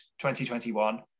2021